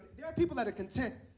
there are people that are content,